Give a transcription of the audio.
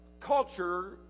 culture